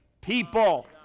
people